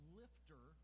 lifter